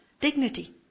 dignity